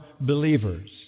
believers